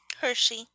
Hershey